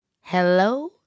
Hello